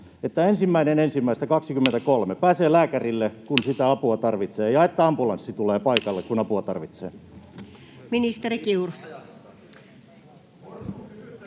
että 1.1.2023 pääsee lääkärille, kun sitä apua tarvitsee, ja että ambulanssi tulee paikalle, kun apua tarvitsee.